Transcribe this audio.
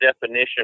definition